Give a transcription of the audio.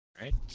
Right